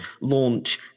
launch